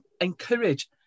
encourage